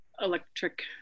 electric